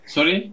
Sorry